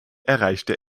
erreichte